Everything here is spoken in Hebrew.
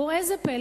וראה זה פלא,